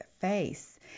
face